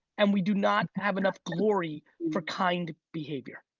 and we do not have enough glory for kind behavior.